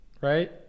right